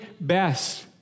best